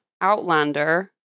Outlander